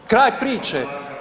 Kraj priče.